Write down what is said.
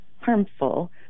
harmful